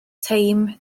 teim